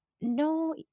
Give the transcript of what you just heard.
No